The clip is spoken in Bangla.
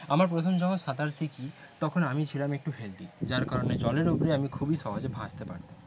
আমার প্রথম যখন সাঁতার শিখি তখন আমি ছিলাম একটু হেলদি যার কারণে জলের ওপরে আমি খুবই সহজে ভাসতে পারতাম